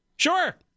Sure